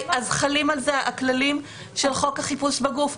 אז חלים על זה הכללים של חוק החיפוש בגוף.